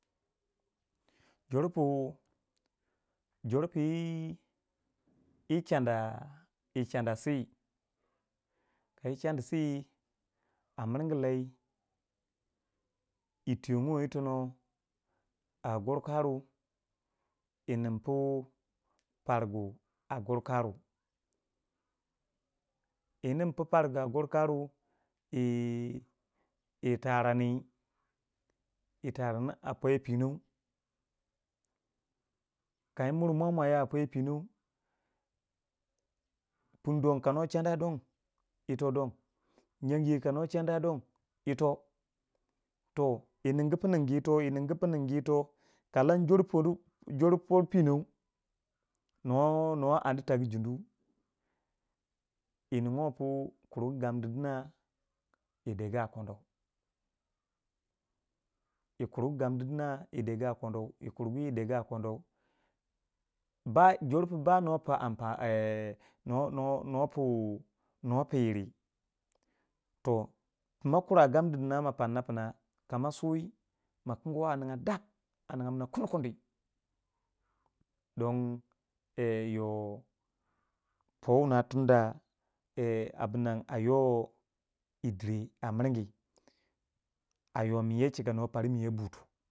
jor pu jor puyi yi chanda yi chandi sị kayi chandi si a miringyi lai yi twiyongo itono a goro karu yi nin pu pargu a goro karu yi nin ti kangu a goro karu yi yi taranni yi tarani a poyo pinon kayi nin mwa mwa yo a poyo pinon, pung don ka no chana don ito don nyanki kana chana don ito don toh. yi ningu yi ningu yito yi ningu yi ningu yito a jor punou nor arri tagu junu yi ninguwo ku kuru gamdi kina yi de gu a kono yi kur gamdi kina yi degu a kono yi kurgu yi degu a kono ba jor pu ba nuwa pi am pa ee nor- nor nu wa pu nor puyiri toh pima kura gamdi kina ma pana pina kama su ma kingwa a ninga dap a ninga kuni kuni don ee yoh to wuna tunda ee abunnan a yoh yi dir a miringyi a yo minyo chika nuwa spar min yo buto.